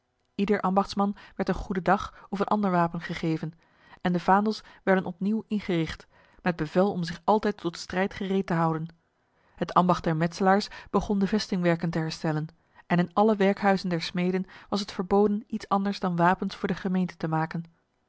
ieder ambachtsman werd een goedendag of een ander wapen gegeven en de vaandels werden opnieuw ingericht met bevel om zich altijd tot de strijd gereed te houden het ambacht der metselaars begon de vestingwerken te herstellen en in alle werkhuizen der smeden was het verboden iets anders dan wapens voor de gemeente te maken